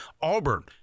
Auburn